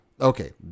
okay